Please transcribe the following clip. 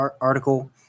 article